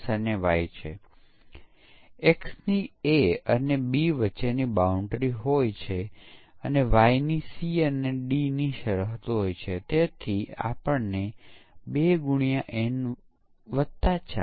હવે યુનિટ પરીક્ષણ અલબત્ત પછીથી વધુ વિગતવાર જોશે પરંતુ તે પછી વિવિધ મોડ્યુલો કે જે યુનિટ પરીક્ષણ કરવામાં આવે છે તેઓ એક સાથે સંકલિત થાય છે અને પછી ફરીથી પરીક્ષણ કરવામાં આવે છે કે શું પછી એકીકરણ યુનિટ કામ કરવાનું ચાલુ રાખે છે કે નહીં